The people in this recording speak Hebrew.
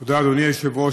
תודה, אדוני היושב-ראש.